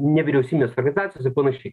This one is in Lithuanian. nevyriausybinės organizacijos ir panašiai